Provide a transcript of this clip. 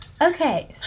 Okay